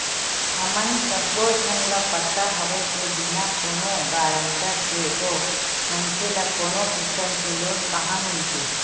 हमन सब्बो झन ल पता हवय के बिना कोनो गारंटर के तो मनखे ल कोनो किसम के लोन काँहा मिलथे